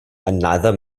another